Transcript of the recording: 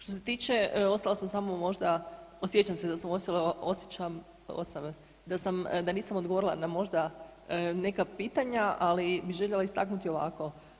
Što se tiče, ostala sam samo možda, osjećam da sam, da nisam odgovorila na možda neka pitanja, ali bi željela istaknuti ovako.